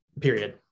period